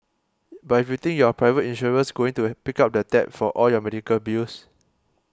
but if you think your private insurer's going to pick up the tab for all your medical bills